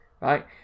Right